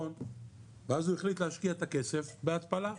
ואז הוא החליט להשקיע את הכסף בהתפלה.